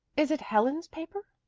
is it helen's paper?